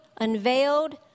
unveiled